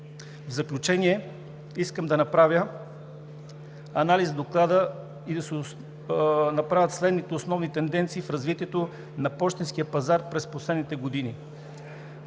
В заключение, искам да направя анализ на Доклада и да се направят следните основни тенденции в развитието на пощенския пазар през последните години.